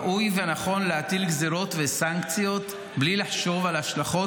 ראוי ונכון להטיל גזרות וסנקציות בלי לחשוב על השלכות